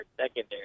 secondary